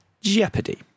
Jeopardy